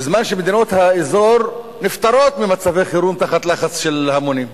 בזמן שמדינות האזור נפטרות ממצבי חירום תחת לחץ של המונים.